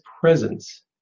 presence